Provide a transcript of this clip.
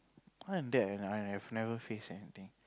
other than that I have never face anything